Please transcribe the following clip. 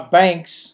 banks